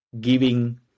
giving